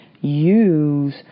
use